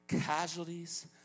casualties